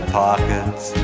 pockets